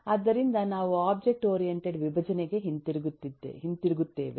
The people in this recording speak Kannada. ಆದ್ದರಿಂದ ನಾವು ಒಬ್ಜೆಕ್ಟ್ ಓರಿಯೆಂಟೆಡ್ ವಿಭಜನೆಗೆ ಹಿಂತಿರುಗುತ್ತೇವೆ